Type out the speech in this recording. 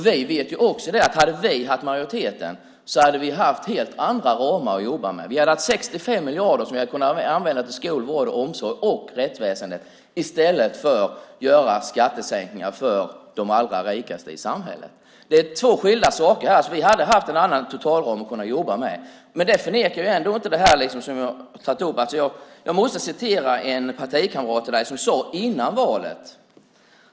Vi vet att om vi hade haft majoriteten hade vi haft helt andra ramar att jobba med. Vi hade haft 65 miljarder som vi hade kunnat använda till skola, vård och omsorg och rättsväsendet i stället för att göra skattesänkningar för de allra rikaste i samhället. Det är två skilda saker. Vi hade haft en annan totalram att kunna jobba med. Men det förnekar ändå inte det som jag har tagit upp. Jag måste återge vad en partikamrat till dig sade före valet.